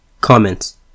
Comments